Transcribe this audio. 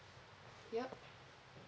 yup